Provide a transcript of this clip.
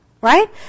right